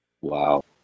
Wow